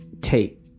tape